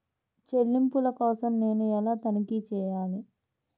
చెల్లింపుల కోసం నేను ఎలా తనిఖీ చేయాలి?